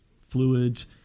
fluids